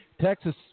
Texas